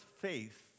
faith